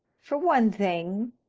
for one thing,